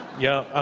yeah,